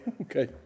Okay